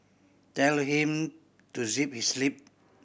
tell him to zip his lip